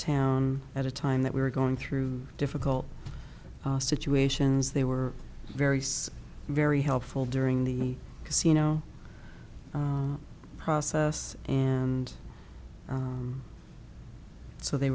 town at a time that we were going through difficult situations they were very so very helpful during the casino process and so they